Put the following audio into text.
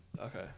Okay